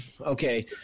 okay